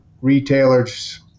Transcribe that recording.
retailers